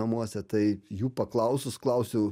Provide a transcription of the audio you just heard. namuose tai jų paklausus klausiau